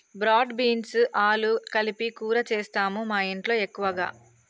broad beans ఆలు కలిపి కూర చేస్తాము మాఇంట్లో ఎక్కువగా